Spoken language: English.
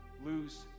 lose